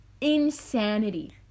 insanity